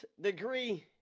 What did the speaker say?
degree